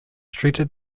treated